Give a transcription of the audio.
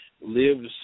lives